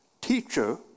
Teacher